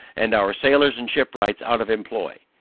and our sailors and shipwrights out of employ.